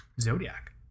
Zodiac